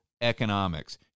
economics